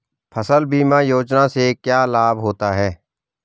फसल बीमा योजना से क्या लाभ होता है?